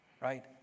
right